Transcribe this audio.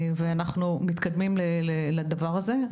אנחנו מתקדמים לכיוון הדבר הזה.